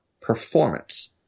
performance